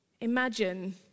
Imagine